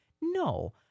No